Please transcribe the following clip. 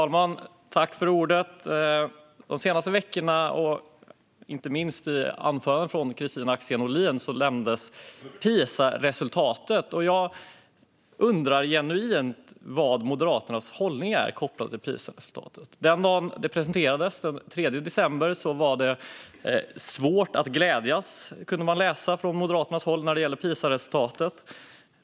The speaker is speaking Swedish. Herr talman! De senaste veckorna har PISA-resultatet nämnts, inte minst i anförandet av Kristina Axén Olin, och jag undrar genuint vilken Moderaternas hållning är när det gäller detta. När PISA-resultatet presenterades den 3 december var det svårt att glädjas, kunde man läsa från Moderaternas håll.